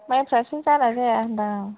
माइफ्रासो जाना जाया होनदां